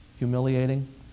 humiliating